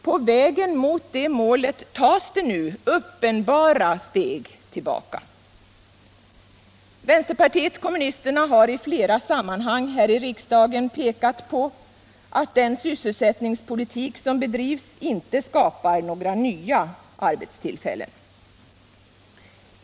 På vägen mot det målet tas det nu uppenbara steg tillbaka. Vpk har i flera sammanhang här i riksdagen pekat på att den sysselsättningspolitik som bedrivs inte skapar några nya arbetstillfällen.